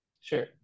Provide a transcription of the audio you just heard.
Sure